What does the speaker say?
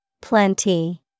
Plenty